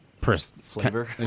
Flavor